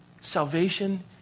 salvation